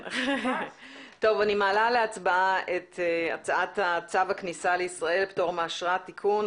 אני מעלה להצבעה את הצעת צו הכניסה לישראל (פטור מאשרה) (תיקון),